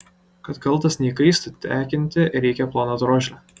kad kaltas neįkaistų tekinti reikia ploną drožlę